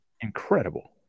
incredible